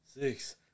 six